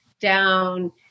down